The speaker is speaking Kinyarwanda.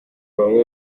bamwe